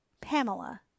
Pamela